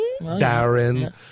Darren